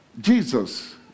Jesus